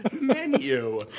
menu